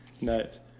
Nice